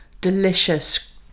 delicious